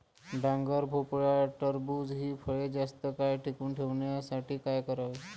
डांगर, भोपळा, टरबूज हि फळे जास्त काळ टिकवून ठेवण्यासाठी काय करावे?